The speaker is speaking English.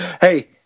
Hey